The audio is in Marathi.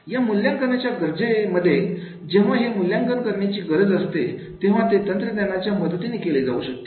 या मूल्यांकनाच्या गरजे मध्ये जेव्हा हे मूल्यांकन करण्याची गरज असते तेव्हा ते तंत्रज्ञानाच्या मदतीने केले जाऊ शकते